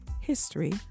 History